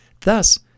thus